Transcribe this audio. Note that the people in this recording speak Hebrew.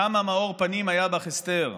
כמה מאור פנים היה בך, אסתר,